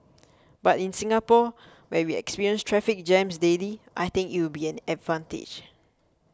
but in Singapore where we experience traffic jams daily I think it will be an advantage